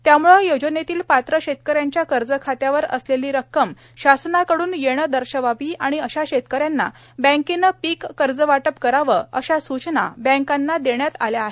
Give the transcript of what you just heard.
त्यामुळे योजनेतील पात्र शेतक यांच्या कर्ज खात्यावर असलेली रक्कम शासनाकडून येणे दर्शवावी आणि अशा शेतकऱ्यांना बँकेने पीक कर्जवाटप करावे अशा सूचना बँकांना देण्यात आल्या आहेत